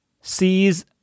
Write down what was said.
sees